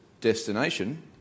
Destination